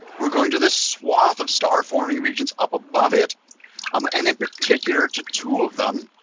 we're going to this swath of star forming regions up above it um and in particular to two of them.